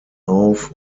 auf